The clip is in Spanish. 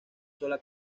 sola